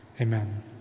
Amen